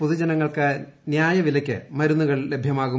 A പൊതുജനങ്ങൾക്ക് ന്യായ പ്പില്യ്ക്ക് മരുന്നുകൾ ലഭ്യമാകും